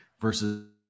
versus